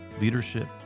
leadership